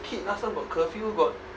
kid last time got curfew got